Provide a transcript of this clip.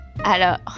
Alors